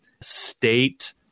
state